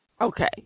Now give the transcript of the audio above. Okay